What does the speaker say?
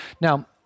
Now